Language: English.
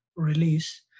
release